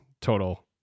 total